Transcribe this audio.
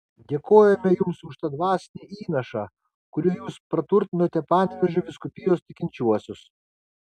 dėkojame jums už tą dvasinį įnašą kuriuo jūs praturtinote panevėžio vyskupijos tikinčiuosius